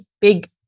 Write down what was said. big